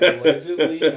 Allegedly